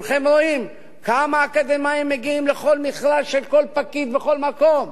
כולכם רואים כמה אקדמאים מגיעים לכל מכרז של כל פקיד בכל מקום.